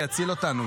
השם שיציל אותנו.